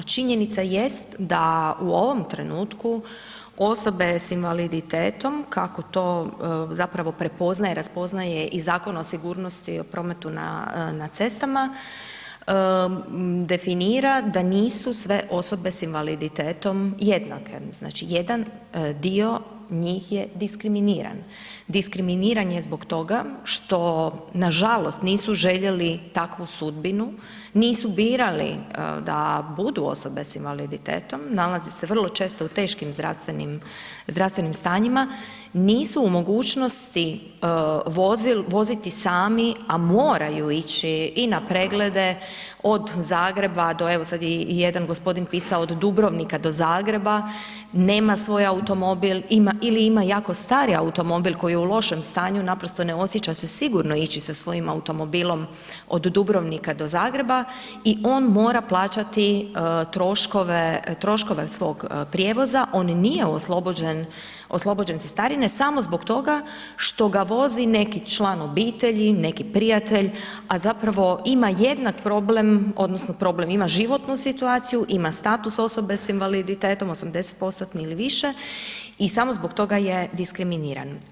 Činjenica jest da u ovom trenutku osobe s invaliditetom kako to zapravo prepoznaje, raspoznaje i Zakon o sigurnosti o prometu na, na cestama, definira da nisu sve osobe s invaliditetom jednake, znači jedan dio njih je diskriminiran, diskriminiran je zbog toga što nažalost nisu željeli takvu sudbinu, nisu birali da budu osobe s invaliditetom, nalaze se vrlo često u teškim zdravstvenim, zdravstvenim stanjima, nisu u mogućnosti voziti sami, a moraju ići i na preglede od Zagreba do evo sad je i jedan gospodin pisao od Dubrovnika do Zagreba, nema svoj automobil, ima, ili ima jako stari automobil, koji je u lošem stanju, naprosto ne osjeća se sigurno ići sa svojim automobilom od Dubrovnika do Zagreba i on mora plaćati troškove, troškove svog prijevoza, on nije oslobođen, oslobođen cestarine samo zbog toga što ga vozi neki član obitelji, neki prijatelj, a zapravo ima jednak problem odnosno problem, ima životnu situaciju, ima status osobe s invaliditetom 80%-tni ili više i samo zbog toga je diskriminiran.